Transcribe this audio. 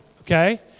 okay